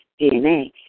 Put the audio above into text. DNA